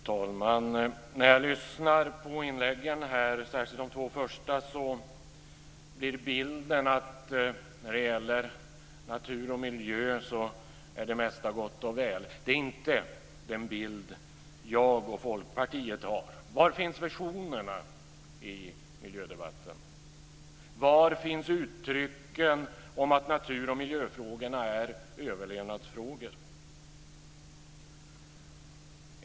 Fru talman! När jag lyssnar på inläggen, särskilt de två första, blir bilden att när det gäller natur och miljö är det mesta gott och väl. Det är inte den bild jag och Folkpartiet har. Var finns visionerna i miljödebatten? Var finns uttrycken om att natur och miljöfrågorna är överlevnadsfrågor?